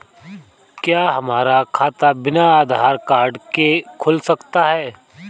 क्या हमारा खाता बिना आधार कार्ड के खुल सकता है?